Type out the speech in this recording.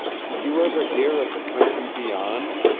did you ever hear of the country beyond?